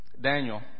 Daniel